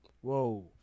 whoa